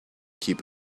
keep